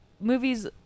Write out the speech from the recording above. movies